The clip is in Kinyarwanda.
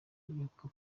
yuko